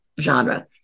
genre